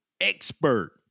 expert